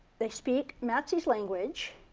they speak matses language,